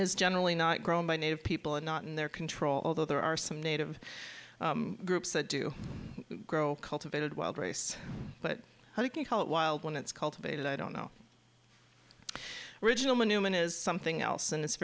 is generally not grown by native people and not in their control although there are some native groups that do grow cultivated wild race but how do you call it wild when it's cultivated i don't know original newman is something else and it's